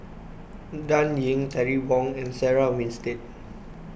Dan Ying Terry Wong and Sarah Winstedt